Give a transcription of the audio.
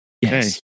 yes